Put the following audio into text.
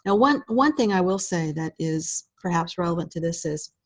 and one one thing i will say that is perhaps relevant to this is